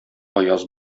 аяз